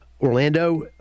Orlando